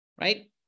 right